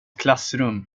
klassrum